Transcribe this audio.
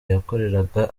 yakoreraga